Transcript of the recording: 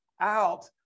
out